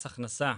מס הכנסה,